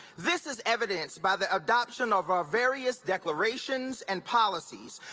this is evidenced by the adoption of our various declarations and policies.